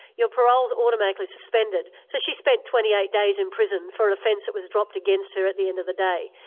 your parole's automatically suspended. so she spent twenty eight days in prison for an offence that was dropped against her at the end of the day,